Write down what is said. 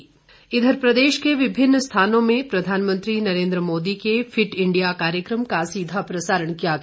fit India इधर प्रदेश के विभिन्न स्थानों में प्रधानमंत्री नरेन्द्र मोदी के फिट इंडियाकार्यक्रम का सीधा प्रसारण किया गया